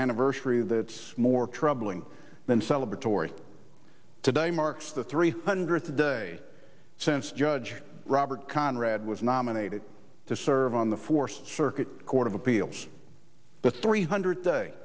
anniversary that's more troubling than celebrate tory today marks the three hundredth day since judge robert conrad was nominated to serve on the four circuit court of appeals the three hundred day